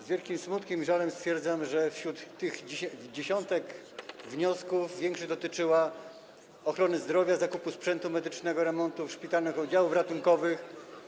Z wielkim smutkiem i żalem stwierdzam, że wśród tych dziesiątek wniosków większość dotyczyła ochrony zdrowia, zakupu sprzętu medycznego, remontów szpitalnych oddziałów ratunkowych.